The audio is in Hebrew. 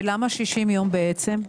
ולמה 60 יום בעצם?